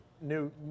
new